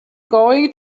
going